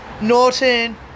Norton